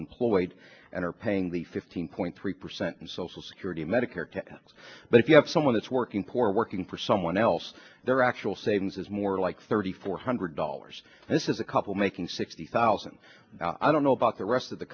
employed and are paying the fifteen point three percent and social security medicare tax but if you have someone that's working poor working for someone else their actual savings is more like thirty four hundred dollars this is a couple making sixty thousand i don't know about the rest of the